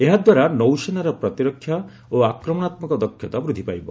ଏହାଦ୍ୱାରା ନୌସେନାର ପ୍ରତିରକ୍ଷା ଓ ଆକ୍ରମଣାତ୍ମକ ଦକ୍ଷତା ବୃଦ୍ଧି ପାଇବ